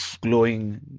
glowing